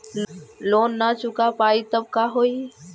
Loan न चुका पाई तब का होई?